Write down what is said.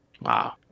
wow